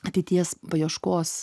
ateities paieškos